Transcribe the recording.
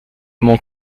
mon